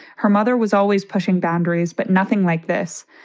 her mother was always pushing boundaries, but nothing like this.